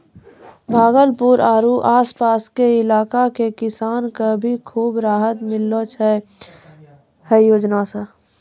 भागलपुर आरो आस पास के इलाका के किसान कॅ भी खूब राहत मिललो छै है योजना सॅ